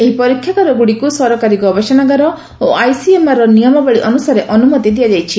ଏହି ପରୀକ୍ଷାଗାରଗୁଡ଼ିକୁ ସରକାରୀ ଗବେଷଣାଗାର ଓ ଆଇସିଏମ୍ଆର୍ର ନିୟମାବଳୀ ଅନୁସାରେ ଅନୁମତି ଦିଆଯାଇଛି